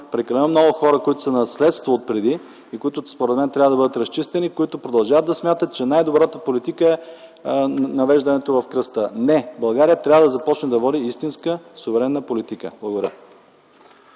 прекалено много хора, които са наследство отпреди и които, според мен, трябва да бъдат разчистени, и които продължават да смятат, че най-добрата политика е навеждането в кръста. Не! България трябва да започне да води истинска суверенна политика. Благодаря.